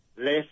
less